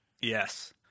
Yes